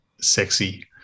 Sexy